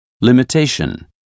Limitation